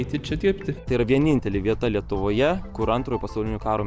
tai yra vienintelė vieta lietuvoje kur antrojo pasaulinio karo metu buvo žudomi